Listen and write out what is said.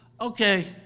Okay